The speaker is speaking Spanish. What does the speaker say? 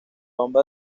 bomba